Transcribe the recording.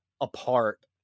apart